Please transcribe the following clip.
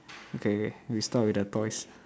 okay K we start with the toys